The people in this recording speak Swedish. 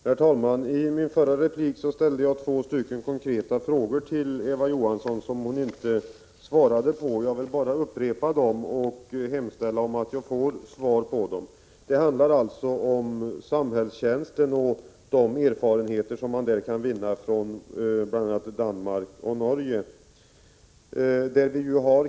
Herr talman! I min förra replik ställde jag två konkreta frågor till Eva Johansson som hon inte svarade på. Jag vill bara upprepa dem och hemställa om ett svar. Det handlar alltså om samhällstjänsten och de erfarenheter man kan vinna på det området från bl.a. Danmark och Norge.